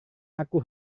aku